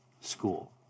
school